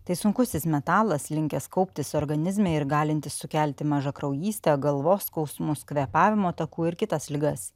tai sunkusis metalas linkęs kauptis organizme ir galintis sukelti mažakraujystę galvos skausmus kvėpavimo takų ir kitas ligas